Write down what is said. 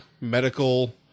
medical